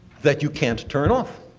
that you can't turn off.